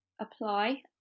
apply